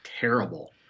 terrible